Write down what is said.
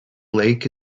lake